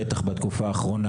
בטח בתקופה האחרונה,